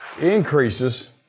increases